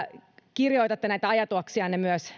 kirjoitatte näitä ajatuksianne myös